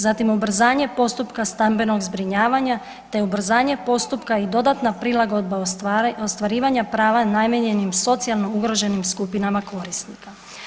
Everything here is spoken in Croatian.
Zatim ubrzanje postupka stambenog zbrinjavanja te ubrzanje postupka i dodatna prilagodba ostvarivanje prava namijenjenim socijalno ugroženim skupinama korisnika.